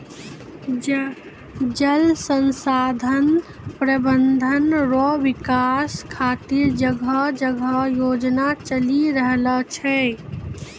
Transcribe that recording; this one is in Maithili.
जल संसाधन प्रबंधन रो विकास खातीर जगह जगह योजना चलि रहलो छै